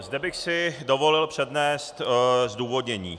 Zde bych si dovolil přednést zdůvodnění.